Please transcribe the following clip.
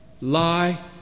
lie